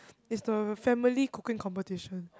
it's the family cooking competition